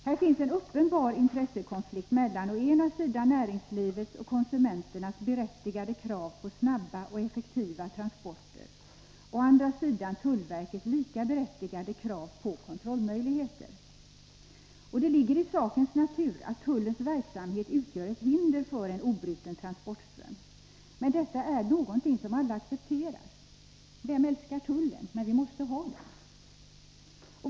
Här finns en uppenbar intressekonflikt mellan å ena sidan näringslivets och konsumenternas berättigade krav på snabba och effektiva transporter och å andra sidan tullverkets lika berättigade krav på kontrollmöjligheter. Det ligger i sakens natur att tullens verksamhet utgör ett hinder för en obruten transportström. Men detta är någonting som alla accepterar. Vem älskar tullen? Men vi måste ha den.